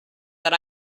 that